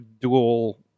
dual